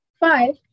Five